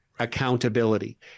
Accountability